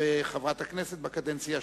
חברת הכנסת בקדנציה השנייה.